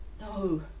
No